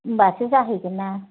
होनबासो जाहैगोन ना